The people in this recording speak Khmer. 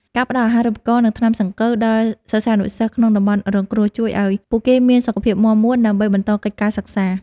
ការផ្តល់អាហារូបត្ថម្ភ និងថ្នាំសង្កូវដល់សិស្សានុសិស្សក្នុងតំបន់រងគ្រោះ ជួយឱ្យពួកគេមានសុខភាពមាំមួនដើម្បីបន្តកិច្ចការសិក្សា។